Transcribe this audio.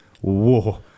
whoa